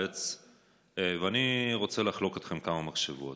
ואני רוצה לחלוק איתכם כמה מחשבות.